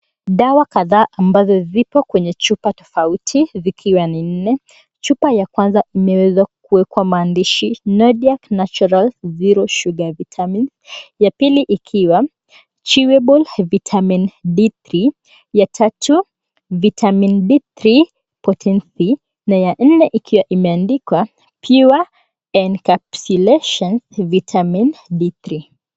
Dawa kadhaa ambazo zipo kwenye chupa tofauti; zikiwa ni nne. Chupa ya kwanza imeweza kuwekwa maandishi Nadiac naturals zero sugar vitamin ya pili ikiwa chewable vitamin D3 ya tatu vitamin D3 potency na ya nne ikiwa imeandikwa pure encapsulation vitamin D3 .